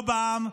לא בעם,